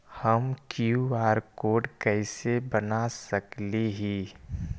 हम QR code कैसे बना सकली ही?